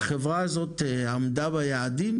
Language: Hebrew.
החברה הזאת עמדה ביעדים,